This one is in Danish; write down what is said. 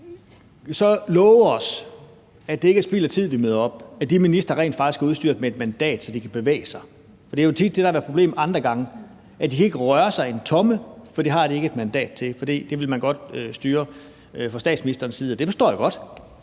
så love os, at det ikke er spild af tid, at vi møder op, at de ministre rent faktisk er udstyret med et mandat, så de kan bevæge sig? Det er jo tit det, der har været et problem andre gange: De har ikke kunnet røre sig en tomme, for det har de ikke haft et mandat til, for det har man godt villet styre fra statsministerens side – og det forstår jeg godt,